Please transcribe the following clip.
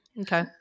Okay